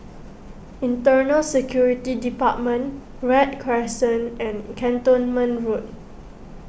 Internal Security Department Read Crescent and Cantonment Road